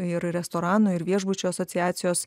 ir restoranų ir viešbučių asociacijos